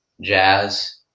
Jazz